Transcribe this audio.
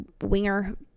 winger